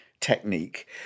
technique